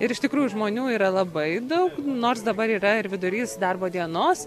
ir iš tikrųjų žmonių yra labai daug nors dabar yra ir vidurys darbo dienos